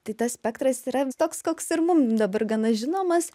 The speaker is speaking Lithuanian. tai tas spektras yra toks koks ir mum dabar gana žinomas